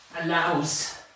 allows